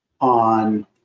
on